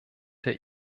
der